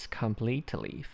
completely